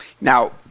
Now